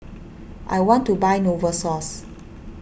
I want to buy Novosource